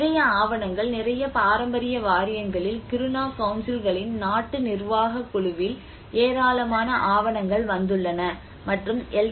நிறைய ஆவணங்கள் நிறைய பாரம்பரிய வாரியங்களில் கிருணா கவுன்சில்களின் நாட்டு நிர்வாகக் குழுவில் ஏராளமான ஆவணங்கள் வந்துள்ளன மற்றும் எல்